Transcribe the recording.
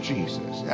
Jesus